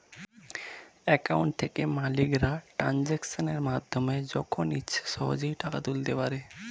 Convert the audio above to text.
account থেকে মালিকরা ট্রানজাকশনের মাধ্যমে যখন ইচ্ছে সহজেই টাকা তুলতে পারে